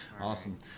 awesome